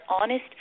honest